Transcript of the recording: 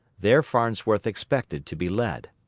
there farnsworth expected to be led.